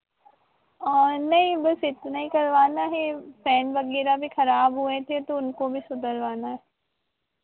नहीं बस इतना ही करवाना है फैन वगैरह भी खराब हुए थे तो उनको भी सुधरवाना है